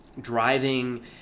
Driving